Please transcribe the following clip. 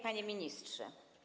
Panie Ministrze!